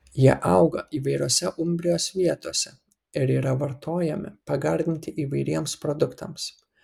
jie auga įvairiose umbrijos vietose ir yra vartojami pagardinti įvairiems produktams